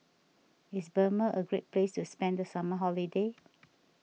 is Burma a great place to spend the summer holiday